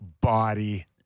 body